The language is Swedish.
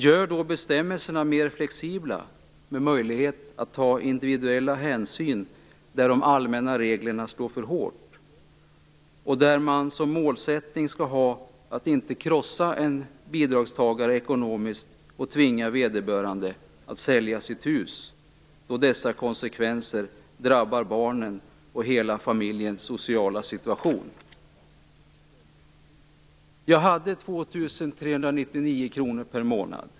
Gör då bestämmelserna mer flexibla med möjlighet att ta individuella hänsyn där de allmänna reglerna slår för hårt och där man som målsättning skall ha att inte krossa en bidragstagare ekonomiskt och tvinga vederbörande att sälja sitt hus då dessa konsekvenser drabbar barnens och hela familjens sociala situation. Jag hade 2 399 kr per månad.